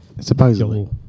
Supposedly